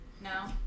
No